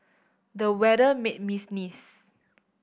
the weather made me sneeze